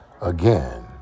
again